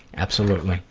absolutely.